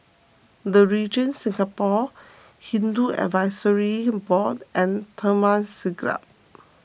the Regent Singapore Hindu Advisory Board and Taman Siglap